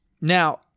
Now